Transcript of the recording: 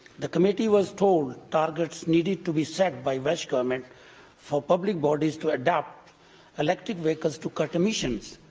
the committee was told targets needed to be set by welsh government for public bodies to adopt electric vehicles to cut emissions.